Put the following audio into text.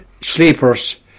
sleepers